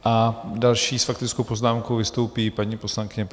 A další s faktickou poznámkou vystoupí paní poslankyně Peštová.